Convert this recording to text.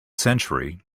century